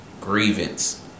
grievance